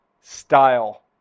style